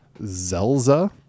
Zelza